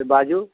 से बाजू